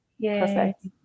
perfect